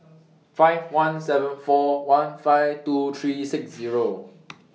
five one seven four one five two three six Zero